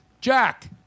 Jack